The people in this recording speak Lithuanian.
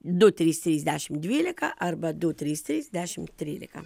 du trys trys dešim dvylika arba du trys trys dešim trylika